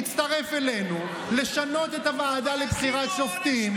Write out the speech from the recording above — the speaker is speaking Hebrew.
תצטרף אלינו לשנות את הוועדה לבחירות שופטים,